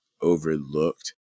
overlooked